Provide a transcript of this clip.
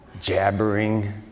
Jabbering